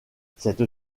cette